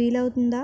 వీలవుతుందా?